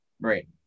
Right